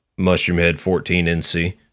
Mushroomhead14NC